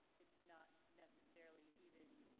it's not necessarily even,